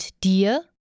dir